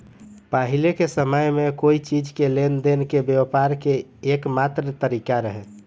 पाहिले के समय में कोई चीज़ के लेन देन से व्यापार के एकमात्र तारिका रहे